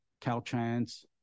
Caltrans